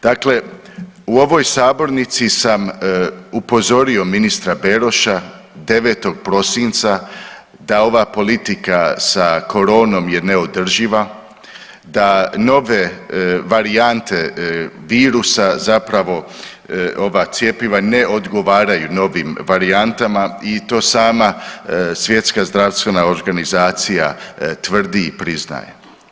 Dakle, u ovoj sabornici sam upozorio ministra Beroša 9. prosinca da ova politika sa koronom je neodrživa, da nove varijante virusa zapravo ova cjepiva ne odgovaraju novim varijantama i to sama Svjetska zdravstvena organizacija tvrdi i priznaje.